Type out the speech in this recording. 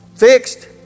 Fixed